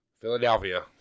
Philadelphia